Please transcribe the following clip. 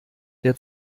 der